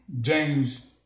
James